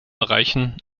erreichen